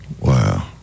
Wow